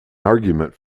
argument